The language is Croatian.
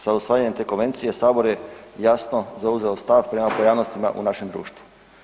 Sa usvajanjem te Konvencije Sabor je jasno zauzeo stav prema pojavnostima u našem društvu.